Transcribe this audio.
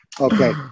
Okay